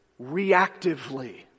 reactively